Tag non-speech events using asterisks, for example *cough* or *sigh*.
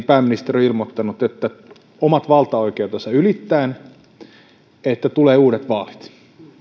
*unintelligible* pääministeri on ilmoittanut omat valtaoikeutensa ylittäen että jos se ei mene eteenpäin tulee uudet vaalit